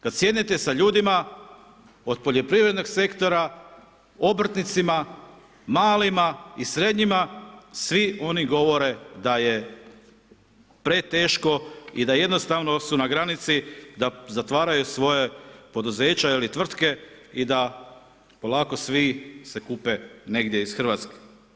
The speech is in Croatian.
Kad sjednete sa ljudima, od poljoprivrednog sektora, obrtnicima, malima i srednjima, svi oni govore da je preteško i da jednostavno su na granici da zatvaraju svoja poduzeća ili tvrtke i da polako svi se kupe negdje iz Hrvatske.